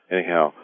Anyhow